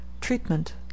Treatment